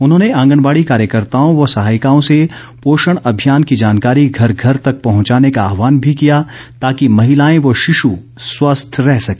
उन्होंने आंगनबाड़ी कार्यकर्ताओं व सहायिकाओं से पोषण अभियान की जानकारी घरे घर तक पहुंचाने का आहवान भी किया ताकि महिलाए व शिशु स्वस्थ रह सके